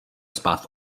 spát